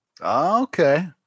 Okay